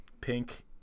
Pink